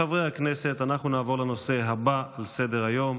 חברי הכנסת, אנחנו נעבור לנושא הבא על סדר-היום,